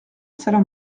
salle